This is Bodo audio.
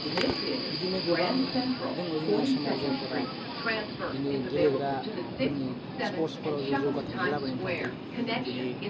बिदिनो बिदिनो गोबां दङ जोंनि आसामाव जायफोरा बिदिनो गेलेग्राफोरनि स्पर्सफोराव जे जौगाथाइनि लाबोनायनि थाखाइ जेनै